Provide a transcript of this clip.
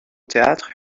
théâtre